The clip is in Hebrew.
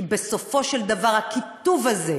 כי בסופו של דבר הקיטוב הזה,